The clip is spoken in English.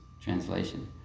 Translation